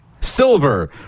Silver